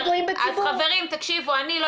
זה רק נשואים או ידועים בציבור.